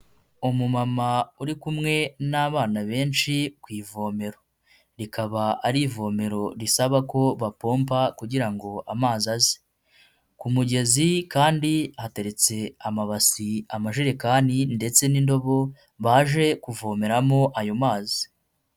Umu mama uri kumwe n'abana benshi ku ivomero, rikaba ari ivomero risaba ko bapompa kugira ngo amazi aze, ku mugezi kandi hateretse amabasi, amajerekani, ndetse n'indobo, baje kuvomeramo ayo mazi.